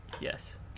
Yes